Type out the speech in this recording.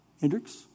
Hendricks